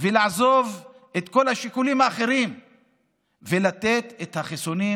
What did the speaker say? ולעזוב את כל השיקולים האחרים ולתת את החיסונים